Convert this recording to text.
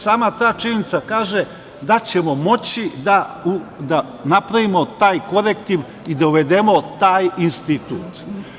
Sama ta činjenica kaže da ćemo moći da napravimo taj korektiv i da uvedemo taj institut.